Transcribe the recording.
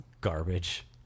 garbage